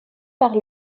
par